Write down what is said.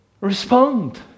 respond